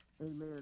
Amen